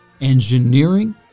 engineering